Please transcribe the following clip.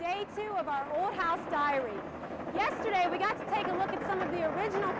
house diary yesterday we got to take a look at some of the original